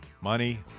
money